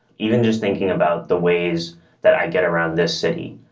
even just thinking about the ways that i get around this city.